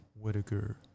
Whitaker